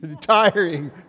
Tiring